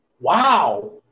Wow